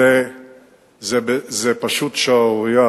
זו פשוט שערורייה.